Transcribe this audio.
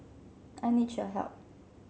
I need your help